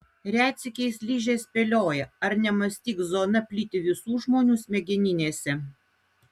retsykiais ližė spėlioja ar nemąstyk zona plyti visų žmonių smegeninėse